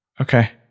Okay